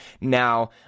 now